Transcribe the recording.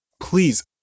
Please